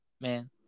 Man